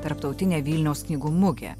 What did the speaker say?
tarptautinė vilniaus knygų mugė